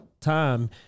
time